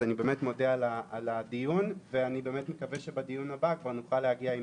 אז אני באמת מודה על הדיון ואני מקווה שבדיון הבא כבר נוכל להגיע עם